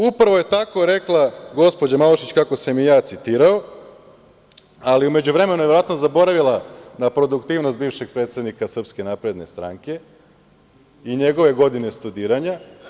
Upravo je tako rekla gospođa Malušić, kako sam je ja citirao, ali u međuvremenu je verovatno zaboravila na produktivnost bivšeg predsednika SNS i njegove godine studiranja.